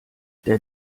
der